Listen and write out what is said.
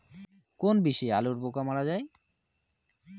কোন বিষে আলুর পোকা মারা যায়?